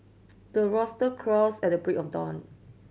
the rooster crows at break of dawn